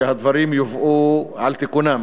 שהדברים יובאו על תיקונם.